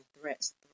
threats